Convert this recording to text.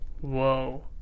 Whoa